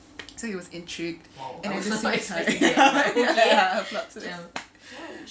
so he was intrigued and ya plot twist